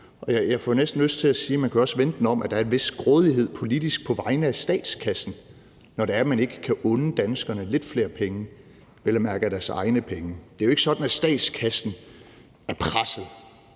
Jeg får næsten lyst til at sige, at man også kan vende den om og sige, at der politisk er en vis grådighed på vegne af statskassen, når det er, at man ikke kan unde danskerne lidt flere penge, vel at mærke af deres egne penge. Det er jo ikke sådan, at statskassen er presset,